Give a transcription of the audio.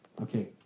Okay